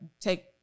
take